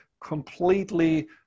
completely